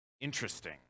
interesting